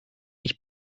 ich